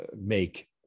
make